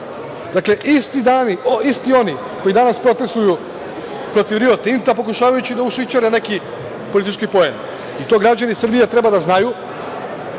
drugi? Dakle, isti oni koji danas protestvuju protiv Rio Tinta pokušavajući da ušićare neki politički poen i to građani Srbije treba da znaju.